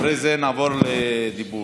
אחרי זה נעבור לדיבור.